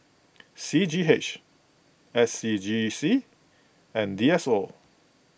C G H S C G C and D S O